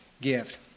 gift